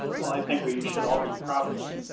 well, i think we should all be proud of this.